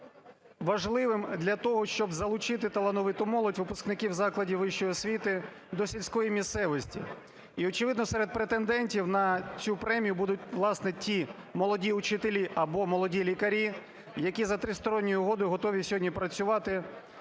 важливим для того, щоб залучити талановиту молодь, випускників закладів вищої освіти до сільської місцевості. І, очевидно, серед претендентів на цю премію будуть, власне, ті молоді вчителі або молоді лікарі, які за тристоронньою угодою готові сьогодні працювати